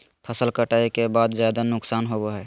फसल कटाई के बाद ज्यादा नुकसान होबो हइ